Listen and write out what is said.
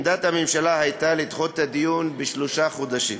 עמדת הממשלה הייתה לדחות את הדיון בשלושה חודשים.